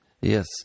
Yes